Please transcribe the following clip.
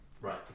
Right